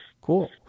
Cool